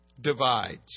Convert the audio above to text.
divides